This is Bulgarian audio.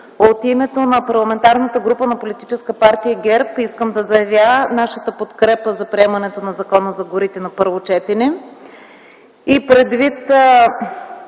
От името на Парламентарната група на Политическа партия ГЕРБ искам да заявя нашата подкрепа за приемането на Законопроекта за горите на първо четене.